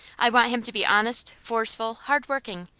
i want him to be honest, forceful, hard working,